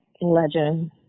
Legend